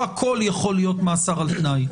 קואליציה ואופוזיציה ואני חושב שגם אם חבר הכנסת סעדי,